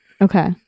Okay